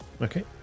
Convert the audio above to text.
Okay